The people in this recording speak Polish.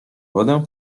wodę